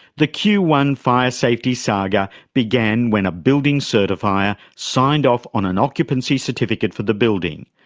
the q one fire safety saga began when a building certifier signed off on an occupancy certificate for the building,